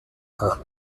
are